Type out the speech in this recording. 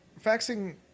faxing